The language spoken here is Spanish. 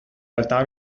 alta